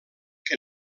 que